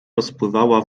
rozpływała